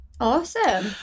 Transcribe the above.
Awesome